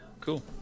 cool